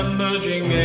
Emerging